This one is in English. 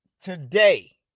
Today